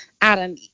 Adam